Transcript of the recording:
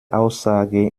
aussage